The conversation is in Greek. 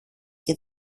και